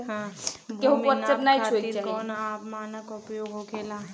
भूमि नाप खातिर कौन मानक उपयोग होखेला?